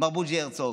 מר בוז'י הרצוג,